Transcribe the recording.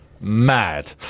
mad